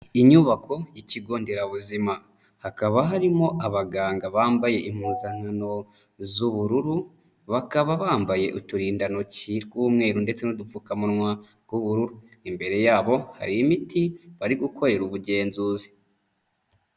Inyubako y'ikigo nderabuzima, hakaba harimo abaganga bambaye impuzankano z'ubururu, bakaba bambaye uturindantoki tw'umweru, ndetse n'udupfukamunwa tw'ubururu, imbere yabo hari imiti bari gukorera ubugenzuzi.